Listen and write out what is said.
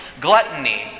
gluttony